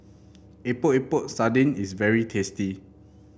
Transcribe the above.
Epok Epok Sardin is very tasty